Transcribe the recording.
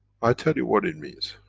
i tell you what it means.